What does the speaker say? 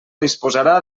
disposarà